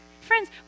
Friends